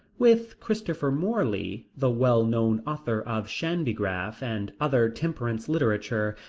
with christopher morley, the well-known author of shandygaff and other temperance literature,